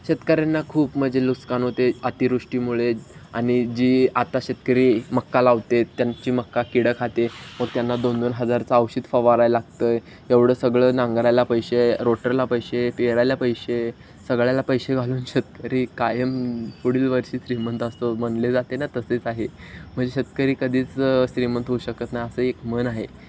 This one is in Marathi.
शेतकऱ्यांना खूप म्हणजे नुकसान होते अतिवृष्टीमुळे आणि जी आता शेतकरी मका लावते त्यांची मका किडं खाते व त्यांना दोन दोन हजारचा औषध फवाराय लागत आहे एवढं सगळं नांगरायला पैसे रोटरला पैसे पेरायला पैसे सगळ्याला पैसे घालून शेतकरी कायम पुढील वर्षी श्रीमंत असतो म्हटले जाते ना तसेच आहे म्हणजे शेतकरी कधीच श्रीमंत होऊ शकत नाही असं एक म्हण आहे